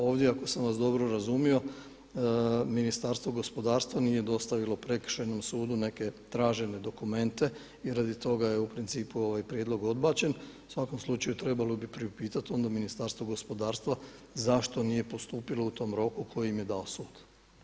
Ovdje ako sam vas dobro razumio Ministarstvo gospodarstva nije dostavilo Prekršajnom sudu tražene dokumente i radi toga je u principu prijedlog odbačen u svakom slučaju trebalo bi onda priupitat Ministarstvo gospodarstva zašto nije postupilo u tom roku koje im je dao sud?